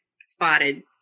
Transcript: spotted